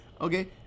Okay